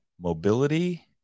mobility